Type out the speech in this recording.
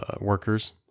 workers